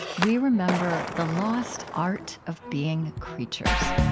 we remember the lost art of being creatures